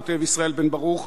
כותב ישראל בן-ברוך,